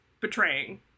betraying